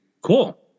cool